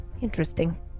interesting